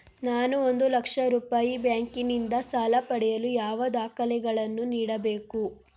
ನಾನು ಒಂದು ಲಕ್ಷ ರೂಪಾಯಿ ಬ್ಯಾಂಕಿನಿಂದ ಸಾಲ ಪಡೆಯಲು ಯಾವ ದಾಖಲೆಗಳನ್ನು ನೀಡಬೇಕು?